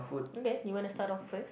okay you wanna start off first